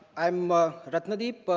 i'm ah ratna deep.